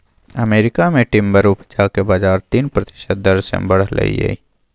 America मे timber उपजाक बजार तीन प्रतिशत दर सँ बढ़लै यै